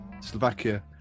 Slovakia